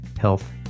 health